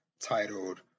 titled